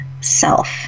self